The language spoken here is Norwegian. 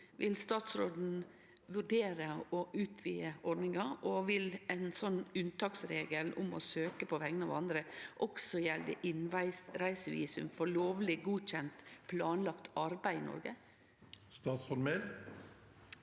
Vil statsråden vurdere å utvide ordninga, og vil ein sånn unntaksregel om å søkje på vegner av andre også gjelde innreisevisum for lovleg godkjent planlagt arbeid i Noreg? Statsråd